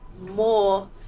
more